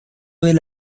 del